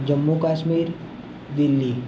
Jammu Kashmir Delhi